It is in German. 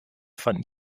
fanden